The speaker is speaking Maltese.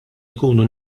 ikunu